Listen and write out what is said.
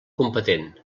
competent